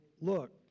look